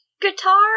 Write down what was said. guitar